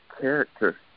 character